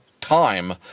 time